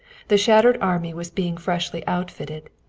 the shattered army was being freshly outfitted.